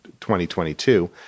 2022